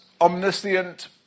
omniscient